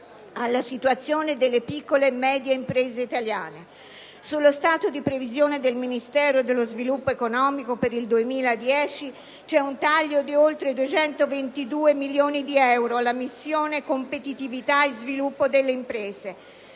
alla situazione delle piccole e medie imprese italiane. Sullo stato di previsione del Ministero dello sviluppo economico per il 2010 c'è un taglio di oltre 222 milioni di euro alla missione: "Competitività e sviluppo delle imprese".